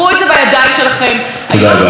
תודה, אדוני היושב-ראש.